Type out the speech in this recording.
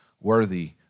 worthy